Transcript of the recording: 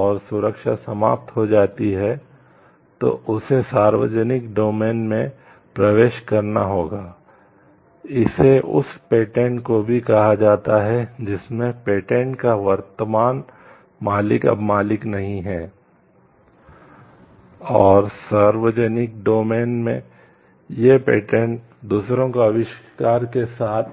और सार्वजनिक डोमेन दूसरों को आविष्कार के साथ